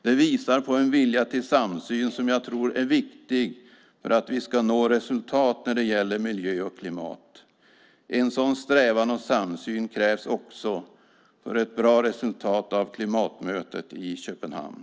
Det visar på en vilja till samsyn som jag tror är viktig för att vi ska nå resultat när det gäller miljö och klimat. En sådan strävan och samsyn krävs också för ett bra resultat av klimatmötet i Köpenhamn.